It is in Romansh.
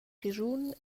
grischun